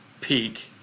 peak